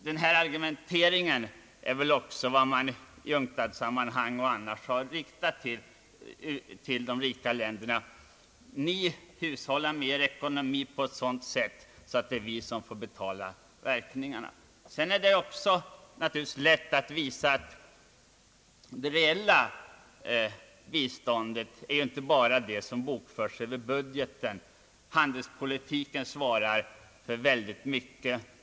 Detta har man också i UNGTAD-sammanhang och annars påmint de rika länderna om. Det reella är naturligtvis inte bara det som bokförs över budgeten som bistånd. Handelspolitiken svarar för mycket.